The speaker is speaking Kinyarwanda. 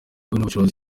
y’ubukungu